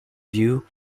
view